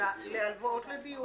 לתחום הלוואות לדיור.